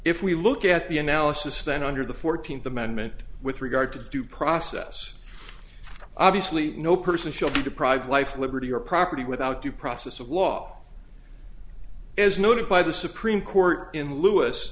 if we look at the analysis then under the fourteenth amendment with regard to due process obviously no person shall be deprived life liberty or property without due process of law as noted by the supreme court in l